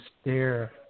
stare